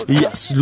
yes